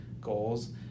goals